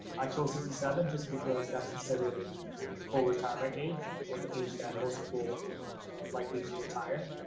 i chose sixty-seven just because that's considered a full retirement age, or the age that most people are likely to retire.